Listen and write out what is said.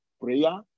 prayer